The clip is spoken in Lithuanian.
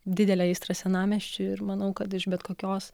didelę aistrą senamiesčiui ir manau kad iš bet kokios